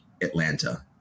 Atlanta